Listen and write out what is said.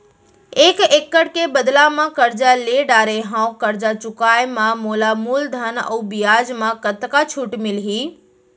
एक एक्कड़ के बदला म करजा ले डारे हव, करजा चुकाए म मोला मूलधन अऊ बियाज म कतका छूट मिलही?